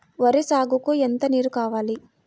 వరి సాగుకు ఎంత నీరు కావాలి?